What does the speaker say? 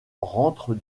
rentrent